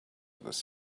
this